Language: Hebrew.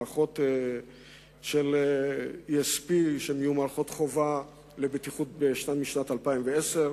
מערכות של ESP שנעשו מערכות חובה לבטיחות משנת 2010,